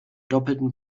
doppelten